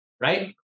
right